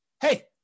hey